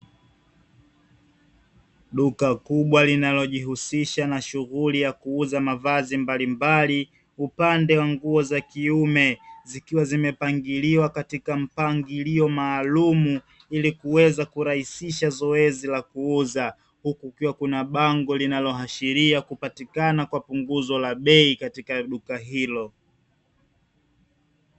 Duka kubwa linalojihusisha na shughuli ya kuuza mavazi mbalimbali, upande wa nguo za kiume zikiwa zimepangiliwa katika mpangilio maalumu ili kuweza kurahisisha zoezi la kuuza. Huku kukiwa kuna bango linaloashiria kupatikana kwa punguzo la bei katika duka hilo.